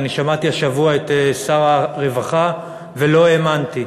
אני שמעתי השבוע את שר הרווחה ולא האמנתי.